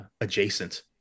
adjacent